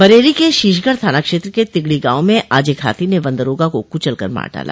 बरेली के शीशगढ़ थाना क्षेत्र के तिगड़ी गांव मे आज एक हाथी ने वन दरोगा को कुचल कर मार डाला